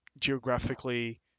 geographically